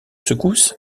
secousses